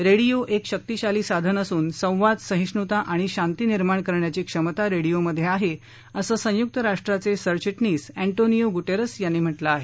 radio एक शक्तिशाली साधन असून संवाद सहिष्णुता आणि शांती निर्माण करण्याची क्षमता रेडियोत आहे असं संयुक्त राष्ट्रांचे सरचिटणीस अँटोनियो गुटेरस यांनी म्हटलं आहे